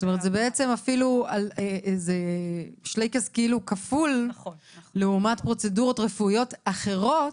זה אפילו שלייקס כפול לעומת פרוצדורות רפואיות אחרות,